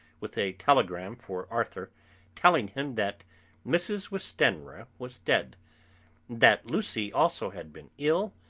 with a telegram for arthur telling him that mrs. westenra was dead that lucy also had been ill,